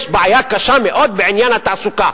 יש בעיה קשה מאוד בתחום התעסוקה.